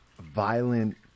violent